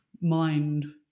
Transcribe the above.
mind